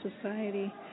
society